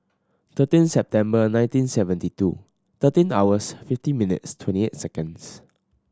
thirteen September nineteen seventy two thirteen hours fifty minutes twenty eight seconds